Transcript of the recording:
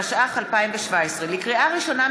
התשע"ח 2017. לקריאה ראשונה,